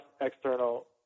external